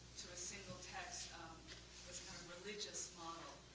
to a single text um was kind of religious model